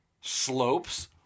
Slopes